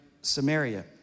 Samaria